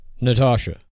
natasha